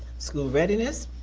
school readiness,